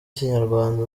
ikinyarwanda